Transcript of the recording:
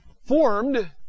Formed